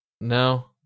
No